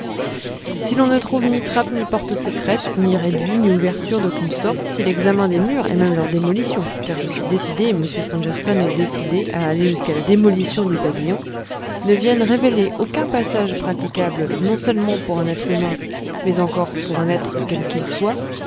si l'on ne trouve ni trappe ni porte secrète ni réduit ni ouverture d'aucune sorte si l'examen des murs et même leur démolition car je suis décidé et m stangerson est décidé à aller jusqu'à la démolition du pavillon ne viennent révéler aucun passage praticable non seulement pour un être humain mais encore pour un être quel qu'il soit